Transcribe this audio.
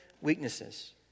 weaknesses